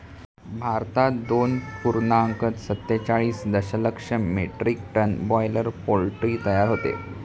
भारतात दोन पूर्णांक सत्तेचाळीस दशलक्ष मेट्रिक टन बॉयलर पोल्ट्री तयार होते